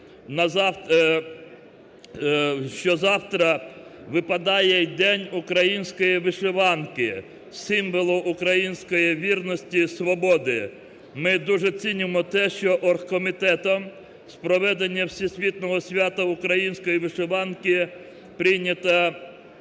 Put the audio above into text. що завтра випадає День української вишиванки – символу української вірності і свободи. Ми дуже цінимо те, що оргкомітетом з проведення всесвітнього свята української вишиванки прийнято